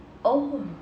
oh